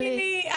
תאמיני לי,